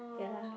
ya